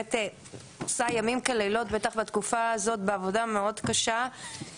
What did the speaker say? שבאמת עושה לילות כימים בטח בתקופה הזאת בעבודה מאוד קשה,